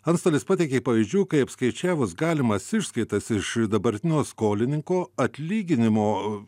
antstolis pateikė pavyzdžių kai apskaičiavus galimas išskaitas iš dabartinio skolininko atlyginimo